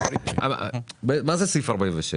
מה זה סעיף 46?